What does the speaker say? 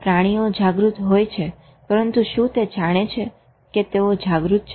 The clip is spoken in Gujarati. પ્રાણીઓ જાગૃત હોય છે પરંતુ શું તે જાણે છે કે તેઓ જાગૃત છે